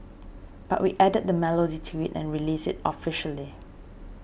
but we added the melody to it and released it officially